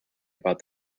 about